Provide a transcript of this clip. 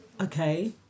Okay